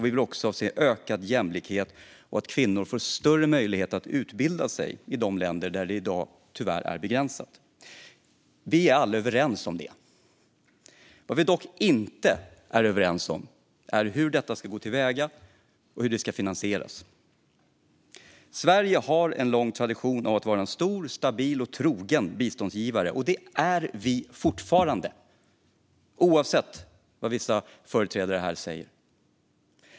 Vi vill också se ökad jämlikhet och att kvinnor får större möjligheter att utbilda sig i de länder där möjligheterna i dag tyvärr är begränsade. Vi är alla överens om detta. Vad vi dock inte är överens om är hur det ska gå till och hur det ska finansieras. Sverige har en lång tradition av att vara en stor, stabil och trogen biståndsgivare. Det är vi fortfarande, oavsett vad vissa företrädare här säger.